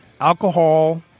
Alcohol